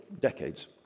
decades